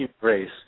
race